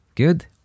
Good